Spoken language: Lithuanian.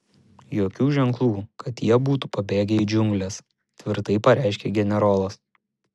jokių ženklų kad jie būtų pabėgę į džiungles tvirtai pareiškė generolas